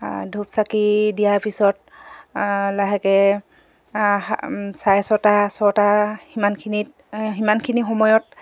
ধূপ চাকি দিয়াৰ পিছত লাহেকে চাৰে ছটা ছটা সিমানখিনিত সিমানখিনি সময়ত